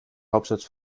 hauptstadt